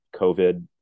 COVID